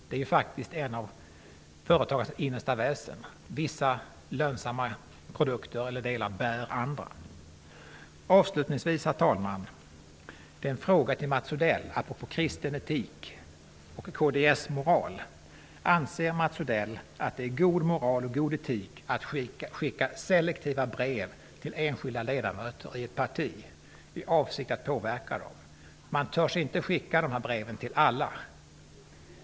Det är faktiskt något av företagsamhetens innersta väsen: vissa lönsamma delar bär andra. Avslutningsvis, herr talman, en fråga till Mats Mats Odell att det är god moral och god etik att skicka selektiva brev till enskilda ledamöter i ett parti i avsikt att påverka dem? Man törs inte skicka dessa brev till alla!